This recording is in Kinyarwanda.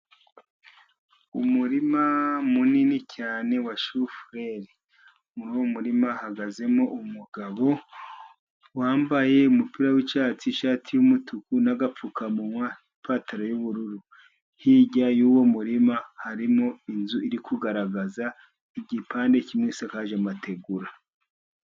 Umurima munini cyane wa shufureri muri uwo murima hahagazemo umugabo wambaye umupira w'icyatsi, ishati y'umutuku n'agapfukamunywa, n'ipataro y'ubururu. Hirya y'uwo murima harimo inzu iri kugaragaza igipande kimwe gisakaje amategura.